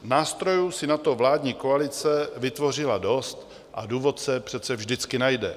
Nástrojů si na to vládní koalice vytvořila dost a důvod se přece vždycky najde.